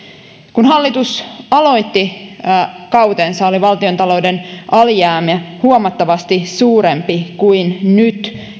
kun hallitus aloitti kautensa oli valtiontalouden alijäämä huomattavasti suurempi kuin nyt